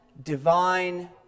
divine